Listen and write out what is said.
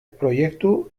proiektu